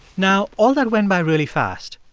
now, all that went by really fast.